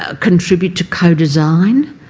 ah contribute to codesign